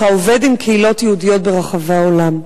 עובד עם קהילות יהודיות ברחבי העולם.